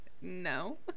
no